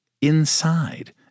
inside